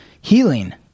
healing